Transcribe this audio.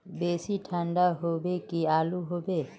बेसी ठंडा होबे की आलू होबे